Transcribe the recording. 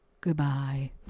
Goodbye